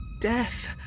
death